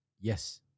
Yes